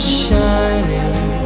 shining